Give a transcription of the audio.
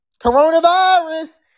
coronavirus